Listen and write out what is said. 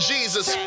Jesus